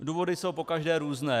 Důvody jsou pokaždé různé.